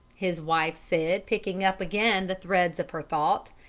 his wife said, picking up again the thread of her thoughts,